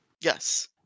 Yes